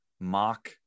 mock